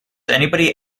anybody